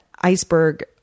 iceberg